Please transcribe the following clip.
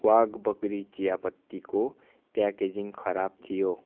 वाग बकरी चियापत्तीको प्याकेजिङ खराब थियो